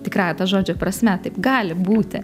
tikrąja to žodžio prasme taip gali būti